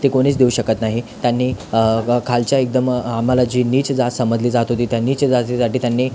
ते कोणीच देऊ शकत नाही त्यांनी खालच्या एकदम आम्हाला जी नीच जात समजली जात होती त्या नीच जातीसाठी त्यांनी